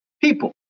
People